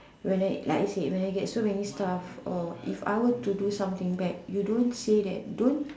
when I like I said when I get so many stuff or if I were to do something back you don't say that don't